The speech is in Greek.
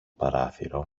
παράθυρο